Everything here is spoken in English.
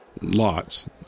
Lots